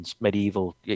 medieval